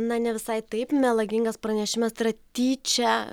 na ne visai taip melagingas pranešimas tai yra tyčia